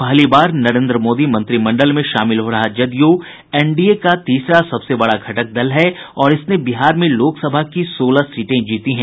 पहली बार नरेन्द्र मोदी मंत्रिमंडल में शामिल हो रहा जदयू एनडीए का तीसरा सबसे बड़ा घटक दल है और इसने बिहार में लोकसभा की सोलह सीटें जीती हैं